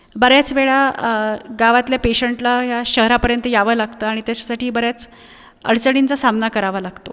बऱ्याचवेळा गावातल्या पेशंटला ह्या शहरापर्यंत यावं लागतं आणि त्याचसाठी बऱ्याच अडचणींचा सामना करावा लागतो